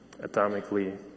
atomically